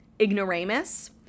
ignoramus